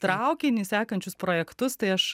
traukinį sekančius projektus tai aš